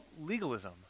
legalism